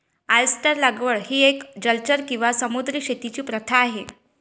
oyster लागवड ही एक जलचर किंवा समुद्री शेतीची प्रथा आहे